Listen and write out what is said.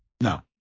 No